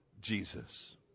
Jesus